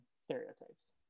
stereotypes